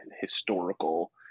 historical